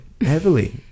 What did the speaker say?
heavily